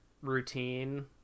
routine